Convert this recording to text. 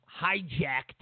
hijacked